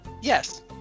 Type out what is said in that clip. Yes